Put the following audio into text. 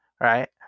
Right